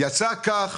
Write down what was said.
יצא כך,